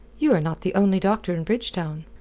you are not the only doctor in bridgetown.